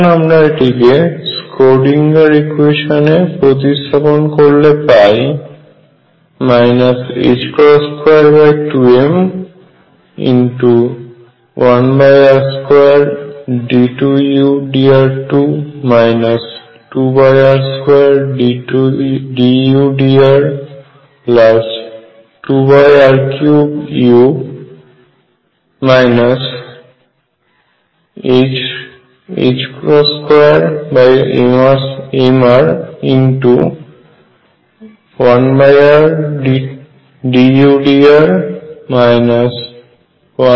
এখন আমরা এটিকে স্ক্রোডিঙ্গার ইকুয়েশান Schrödinger equation এ প্রতিস্থাপিত করলে পাই 22m1r d2udr2 2r2dudr2r3u 2mr1rdudr 1r2u